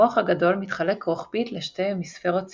המוח הגדול מתחלק רוחבית לשתי המיספרות סימטריות,